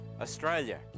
australia